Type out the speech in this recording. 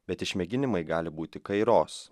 bet išmėginimai gali būti kairos